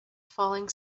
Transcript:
falling